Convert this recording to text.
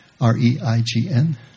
R-E-I-G-N